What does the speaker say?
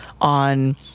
on